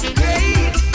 great